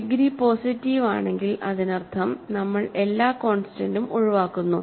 degree positive ആണെങ്കിൽ അതിനർത്ഥംനമ്മൾ എല്ലാ കോൺസ്റ്റൻറ്സും ഒഴിവാക്കുന്നു